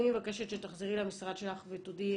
אני מבקשת שתחזרי למשרד שלך ותודיעי,